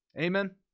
Amen